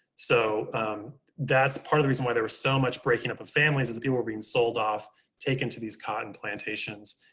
so that's part of the reason why there was so much breaking up of families as we were being sold off taken to these cotton plantations.